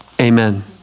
amen